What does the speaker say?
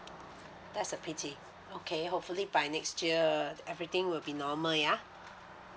that's a pity okay hopefully by next year everything will be normal yeah